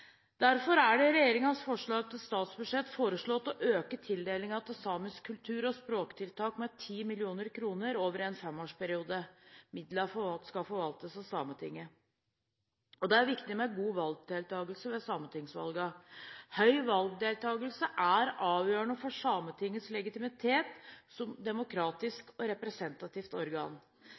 Derfor er det i regjeringens forslag til statsbudsjett foreslått å øke tildelingen til samisk kultur og språktiltak med 10 mill. kr per år over en femårsperiode. Midlene skal forvaltes av Sametinget. Det er viktig med god valgdeltakelse ved sametingsvalgene. Høy valgdeltakelse er avgjørende for Sametingets legitimitet som demokratisk og representativt organ.